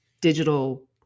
digital